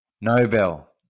Nobel